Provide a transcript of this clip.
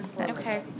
Okay